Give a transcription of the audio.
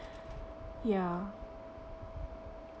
ya